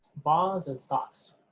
bonds and stocks.